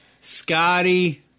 Scotty